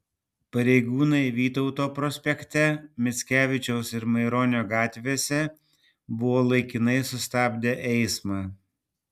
pareigūnai vytauto prospekte mickevičiaus ir maironio gatvėse buvo laikinai sustabdę eismą